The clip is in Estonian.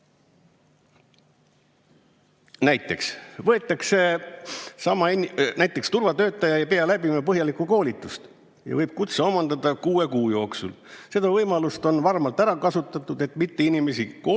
Näiteks, turvatöötaja ei pea läbima põhjalikku koolitust ja võib kutse omandada kuue kuu jooksul. Seda võimalust on varmalt ära kasutatud, et mitte inimesi koolitada,